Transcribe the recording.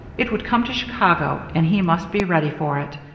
it would come to chicago, and he must be ready for it.